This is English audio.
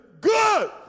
good